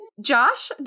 Josh